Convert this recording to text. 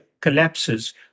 collapses